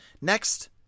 Next